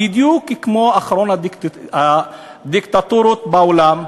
בדיוק כמו באחרונת הדיקטטורות בעולם,